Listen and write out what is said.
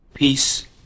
Peace